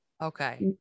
okay